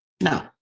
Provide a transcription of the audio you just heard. No